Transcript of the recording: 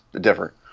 different